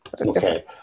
Okay